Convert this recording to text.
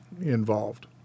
involved